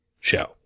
show